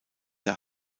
der